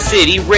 City